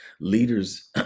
leaders